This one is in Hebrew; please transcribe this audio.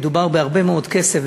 מדובר בהרבה מאוד כסף,